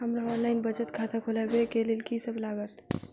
हमरा ऑनलाइन बचत खाता खोलाबै केँ लेल की सब लागत?